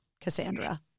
Cassandra